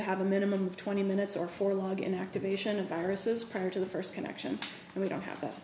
to have a minimum of twenty minutes or for log in activation of viruses prior to the first connection and we don't have that